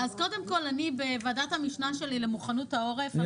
קודם כול בוועדת המשנה שלי למוכנות העורף אני